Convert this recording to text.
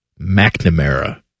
McNamara